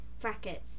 brackets